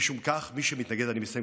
אני מסיים,